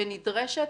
שנדרשת